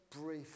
brief